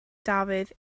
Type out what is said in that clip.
dafydd